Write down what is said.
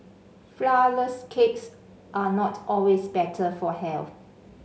flourless cakes are not always better for health